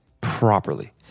properly